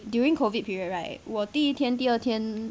during the COVID period right 我第一天第二天